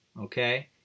Okay